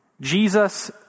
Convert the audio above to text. Jesus